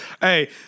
Hey